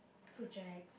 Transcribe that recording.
projects